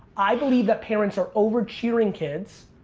i believe that parents are over cheering kids.